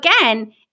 again